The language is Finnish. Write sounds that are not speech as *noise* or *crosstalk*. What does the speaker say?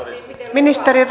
ministeri *unintelligible*